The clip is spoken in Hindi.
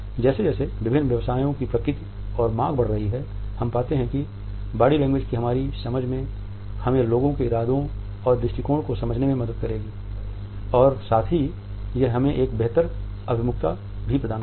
जैसे जैसे विभिन्न व्यवसायों की प्रकृति और मांग बढ़ रही है हम पाते हैं कि बॉडी लैंग्वेज की हमारी समझ हमें लोगों के इरादों और दृष्टिकोण को समझने में मदद करेगी और साथ ही यह हमें एक बेहतर अभिमुखता प्रदान करेगी